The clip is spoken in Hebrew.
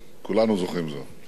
כולנו זוכרים זאת,